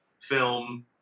film